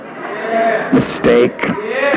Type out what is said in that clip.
Mistake